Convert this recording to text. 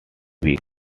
weeks